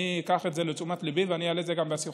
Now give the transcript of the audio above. אני אקח את זה לתשומת ליבי ואני אעלה את זה גם בשיחות.